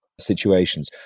situations